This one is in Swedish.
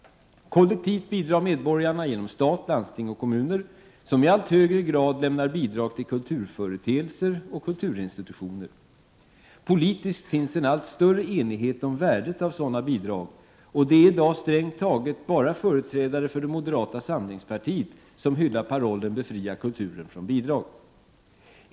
Kollektivt bidrar medborgarna genom stat, landsting och kommuner, som i allt högre grad lämnar bidrag till kulturföreteelser och kulturinstitutioner. Politiskt finns en allt större enighet om värdet av sådana bidrag, och det är i dag strängt taget endast företrädare för det moderata samlingspartiet som hyllar parollen Befria kulturen från bidrag.